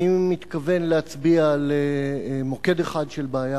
אני מתכוון להצביע על מוקד אחד של בעיה